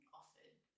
offered